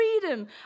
freedom